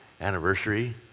anniversary